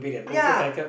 ya